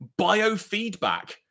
biofeedback